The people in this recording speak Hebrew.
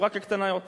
הסתברה כקטנה יותר.